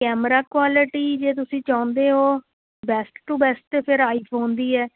camera quality ਜੇ ਤੁਸੀਂ ਚਾਹੁੰਦੇ ਹੋ ਬੈਸਟ ਟੂ ਬੈਸਟ ਫਿਰ ਆਈਫੋਨ ਦੀ ਹੈ